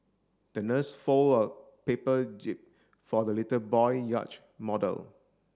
the nurse fold a paper jib for the little boy yacht model